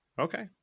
okay